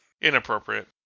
Inappropriate